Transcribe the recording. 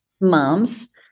moms